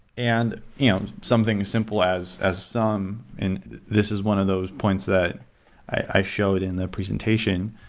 and and something as simple as as sum and this is one of those points that i showed in the presentation,